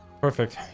perfect